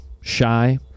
shy